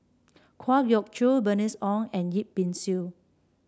Kwa Geok Choo Bernice Ong and Yip Pin Xiu